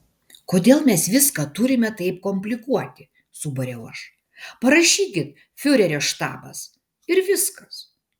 kodėl mes viską turime taip komplikuoti subariau aš parašykit fiurerio štabas ir viskas